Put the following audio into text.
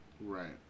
Right